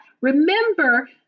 Remember